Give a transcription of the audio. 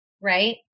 right